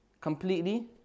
completely